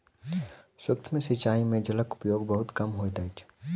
सूक्ष्म सिचाई में जलक उपयोग बहुत कम होइत अछि